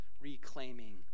reclaiming